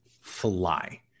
fly